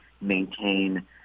maintain